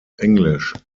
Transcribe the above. englisch